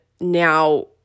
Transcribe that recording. now